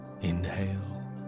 Inhale